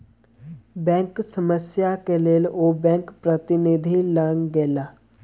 bank समस्या के लेल ओ बैंक प्रतिनिधि लग गेला